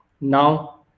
now